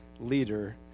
leader